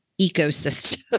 ecosystem